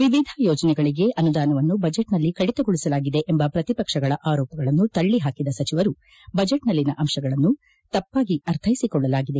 ವಿವಿಧ ಯೋಜನೆಗಳಿಗೆ ಅನುದಾನವನ್ನು ಬಜೆಟ್ನಲ್ಲಿ ಕಡಿತಗೊಳಿಸಲಾಗಿದೆ ಎಂಬ ಪ್ರಕಿಪಕ್ಷಗಳ ಆರೋಪಗಳನ್ನು ತಳ್ಳಿ ಪಾಕಿದ ಸಚಿವರು ಬಜೆಟ್ನಲ್ಲಿನ ಅಂಶಗಳನ್ನು ತಪ್ಪಾಗಿ ಅರ್ಥೈಸಿಕೊಳ್ಳಲಾಗಿದೆ